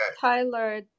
Tyler